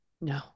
No